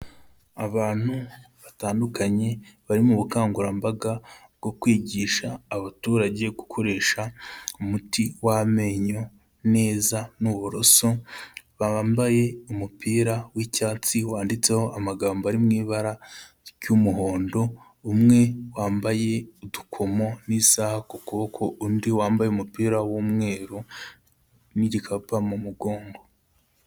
Abantu batandukanye bari mu bukangurambaga bwo kwigisha abaturage gukoresha umuti w'amenyo neza n'uburoso, bambaye umupira w'icyatsi wanditseho amagambo ari mu ibara ry'umuhondo, umwe wambaye udukomo n'isaha ku kuboko, undi wambaye umupira w'umweru n'igikapu mu mugongo.